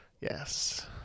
Yes